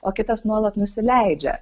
o kitas nuolat nusileidžia